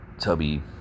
tubby